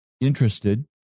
interested